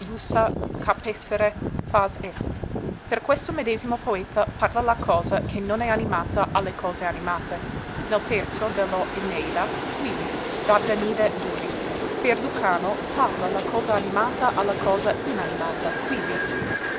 est per questo medesimo poeta parla la cosa che non è animata a le cose animate nel terzo de lo eneida quivi dardanide duri per lucano parla la cosa animata a la cosa inanimata quivi